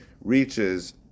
reaches